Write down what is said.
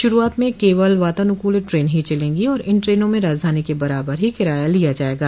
शुरुआत में केवल वातानुकूलित ट्रेन ही चलेंगी और इन ट्रेनों में राजधानी के बराबर ही किराया लिया जाएगा